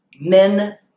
Men